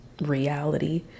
reality